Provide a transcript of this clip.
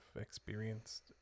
experienced